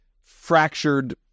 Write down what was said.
fractured